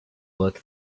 work